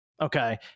Okay